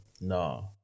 No